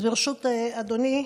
ברשות אדוני,